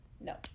no